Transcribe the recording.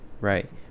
right